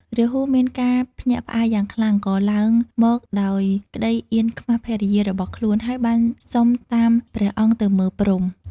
រាហូមានការភ្ញាក់ផ្អើលយ៉ាងខ្លាំង ក៏ឡើងមកដោយក្ដីអៀនខ្មាសភរិយារបស់ខ្លួន ហើយបានសុំតាមព្រះអង្គទៅមើលព្រហ្ម។